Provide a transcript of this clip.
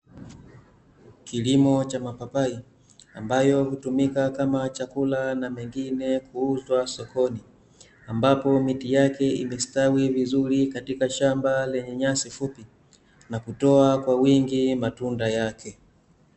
Kilimo cha mapapai, ambayo hutumika kama chakula na mengine kuuzwa sokoni, ambapo miti yake imestawi vizuri katika shamba lenye nyasi fupi, na kutoa kwa wingi matunda yake .